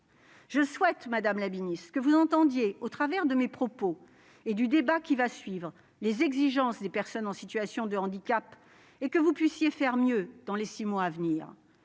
Je souhaite, madame la secrétaire d'État, que vous entendiez, dans mon propos et lors du débat qui va suivre, les exigences des personnes en situation de handicap et que vous puissiez faire mieux dans les six mois à venir.